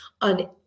On